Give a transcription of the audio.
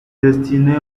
destinés